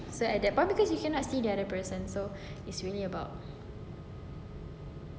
so at that point because you cannot see the other person so it's really about